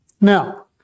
Now